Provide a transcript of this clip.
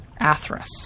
Athras